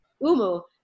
Umu